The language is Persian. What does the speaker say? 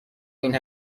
این